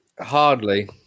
Hardly